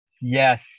Yes